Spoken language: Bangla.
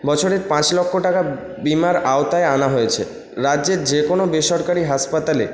বছরের পাঁচ লক্ষ টাকা বীমার আওতায় আনা হয়েছে রাজ্যের যেকোনো বেসরকারি হাসপাতালে